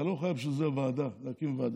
אתה לא חייב בשביל זה להקים ועדה,